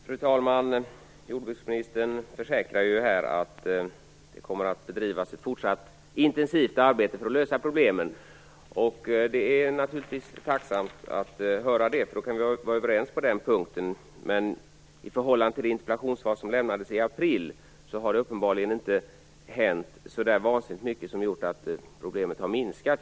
Fru talman! Jordbruksministern försäkrar att det kommer att bedrivas ett fortsatt intensivt arbete för att lösa problemen. Det är naturligtvis glädjande att höra det, för då kan vi vara överens på den punkten. Men sedan det interpellationssvar som lämnades i april har det uppenbarligen inte hänt så vansinnigt mycket som gjort att problemet minskat.